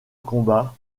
combat